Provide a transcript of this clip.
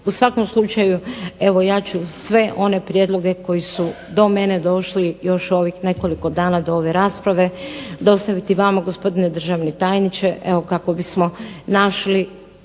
U svakom slučaju evo ja ću sve one prijedloge koji su do mene došli još ovih nekoliko dana do ove rasprave, dostaviti vama gospodine državni tajniče evo kako bismo našli